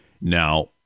Now